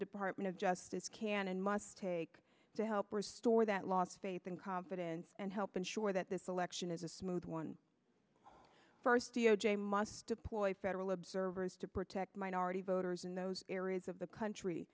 department of justice can and must take to help restore that lost faith and confidence and help ensure that this election is a smooth one first d o j must deploy federal observers to protect minority voters in those areas of the country